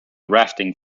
rafting